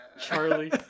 Charlie